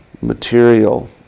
material